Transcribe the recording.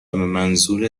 منظور